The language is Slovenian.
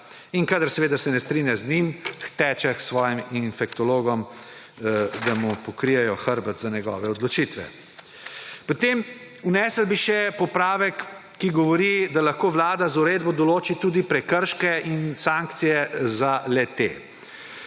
In kadar se ne strinja z njim, teče k svojim infektologom, da mu pokrijejo hrbet za svoje odločitve. Potem bi vnesli še popravek, ki govori, da lahko vlada z uredbo določi tudi prekrške in sankcije za le-te.